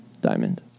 diamond